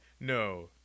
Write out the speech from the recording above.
No